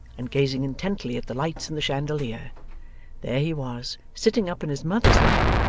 and gazing intently at the lights in the chandelier there he was, sitting up in his mother's lap,